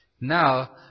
Now